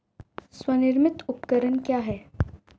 स्वनिर्मित उपकरण क्या है?